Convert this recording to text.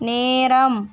நேரம்